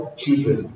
children